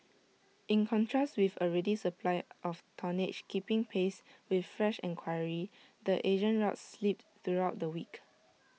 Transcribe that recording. in contrast with A ready supply of tonnage keeping pace with fresh enquiry the Asian routes slipped throughout the week